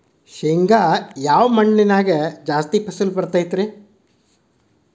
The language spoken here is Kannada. ಶೇಂಗಾ ಯಾವ ಮಣ್ಣಿನ್ಯಾಗ ಜಾಸ್ತಿ ಫಸಲು ಬರತೈತ್ರಿ?